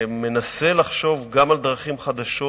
מנסה לחשוב גם על דרכים חדשות,